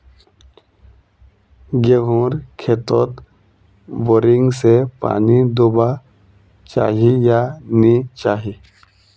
गेँहूर खेतोत बोरिंग से पानी दुबा चही या नी चही?